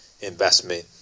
investment